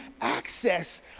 access